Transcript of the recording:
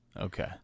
Okay